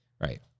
Right